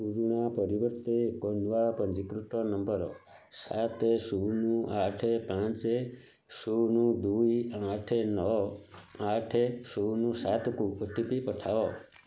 ପୁରୁଣା ପରିବର୍ତ୍ତେ ଏକ ନୂଆ ପଞ୍ଜୀକୃତ ନମ୍ବର ସାତ ଶୂନ ଆଠ ପାଞ୍ଚ ଶୂନ ଦୁଇ ଆଠ ନଅ ଆଠ ଶୂନ ସାତକୁ ଓ ଟି ପି ପଠାଅ